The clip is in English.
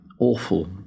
awful